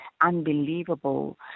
unbelievable